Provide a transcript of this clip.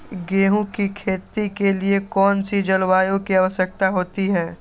गेंहू की खेती के लिए कौन सी जलवायु की आवश्यकता होती है?